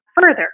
further